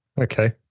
Okay